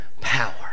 power